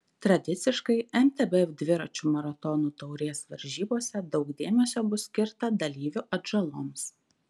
tradiciškai mtb dviračių maratonų taurės varžybose daug dėmesio bus skirta dalyvių atžaloms